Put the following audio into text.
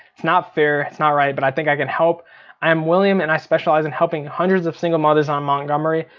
it's not fair, it's not right, but i think i can help. i am william and i specialize in helping hundreds of single mothers on montgomery,